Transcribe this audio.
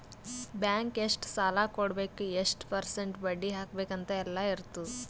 bank ಎಷ್ಟ ಸಾಲಾ ಕೊಡ್ಬೇಕ್ ಎಷ್ಟ ಪರ್ಸೆಂಟ್ ಬಡ್ಡಿ ಹಾಕ್ಬೇಕ್ ಅಂತ್ ಎಲ್ಲಾ ಇರ್ತುದ್